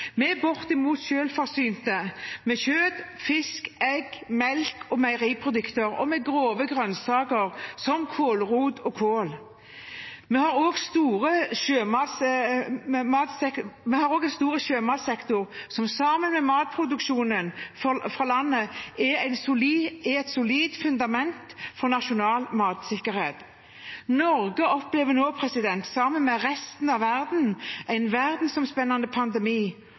Vi er bortimot fullt ut selvforsynt med kjøtt, fisk, egg, melk og meieriprodukter, og med grove grønnsaker som kålrot og kål. Vi har også en stor sjømatsektor, som sammen med matproduksjon fra landbruket sikrer et solid fundament for nasjonal matsikkerhet. Norge opplever nå, sammen med resten av verden, en pandemi.